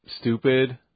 stupid